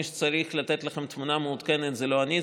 מי שצריך לתת לכם תמונה מעודכנת זה לא אני,